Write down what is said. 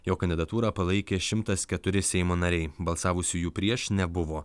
jo kandidatūrą palaikė šimtas keturi seimo nariai balsavusiųjų prieš nebuvo